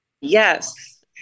Yes